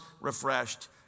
refreshed